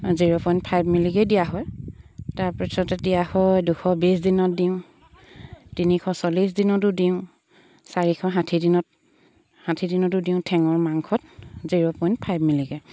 zero point five মিলিকেই দিয়া হয় তাৰপিছতে দিয়া হয় দুশ বিছ দিনত দিওঁ তিনিশ চল্লিছ দিনতো দিওঁ চাৰিশ ষাঠি দিনত ষাঠি দিনতো দিওঁ ঠেঙৰ মাংসত জিৰ' পইণ্ট ফাইভ মিলিকে